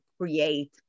create